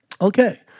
Okay